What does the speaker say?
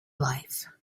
life